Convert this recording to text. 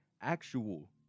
actual